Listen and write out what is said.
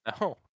No